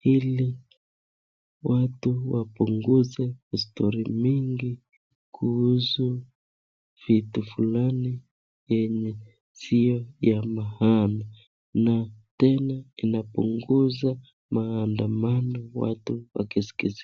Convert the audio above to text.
ili watu wapunguze stori mingi kuhusu vitu flani yenye sio ya maana na tena inapunguza maandamano watu wakiskiza.